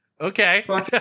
Okay